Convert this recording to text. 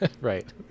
right